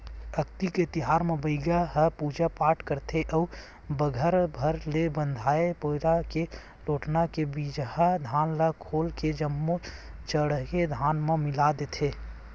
अक्ती तिहार म बइगा ह पूजा पाठ करथे अउ बछर भर ले बंधाए पैरा के लोटना के बिजहा धान ल खोल के जम्मो चड़हे धान म मिला देथे